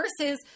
Versus